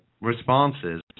responses